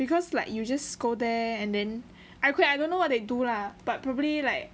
because like you just go there and then I could I don't know what they do lah but probably like